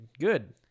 good